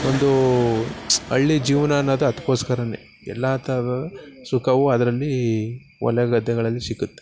ಒಂದು ಹಳ್ಳಿ ಜೀವನ ಅನ್ನೋದು ಅದ್ಕೋಸ್ಕರವೇ ಎಲ್ಲ ಥರ ಸುಖವೂ ಅದರಲ್ಲಿ ಹೊಲ ಗದ್ದೆಗಳಲ್ಲಿ ಸಿಕ್ಕುತ್ತೆ